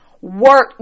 Work